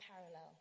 parallel